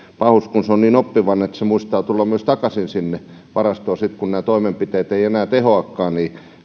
pahus kun se on niin oppivainen että se muistaa tulla myös takaisin sinne varastoon sitten kun nämä toimenpiteet eivät enää tehoakaan